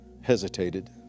hesitated